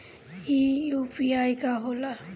ई यू.पी.आई का होला?